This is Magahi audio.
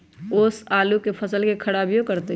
ओस आलू के फसल के खराबियों करतै?